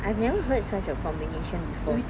I've never heard such a combination before